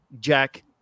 Jack